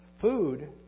food